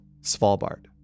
Svalbard